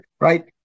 right